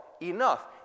enough